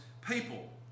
people